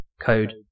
code